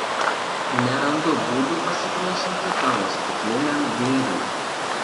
nerandu būdų pasipriešinti tavo stikliniam glėbiui